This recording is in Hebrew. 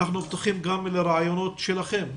אנחנו פתוחים גם לרעיונות שלכם,